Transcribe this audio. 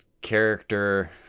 character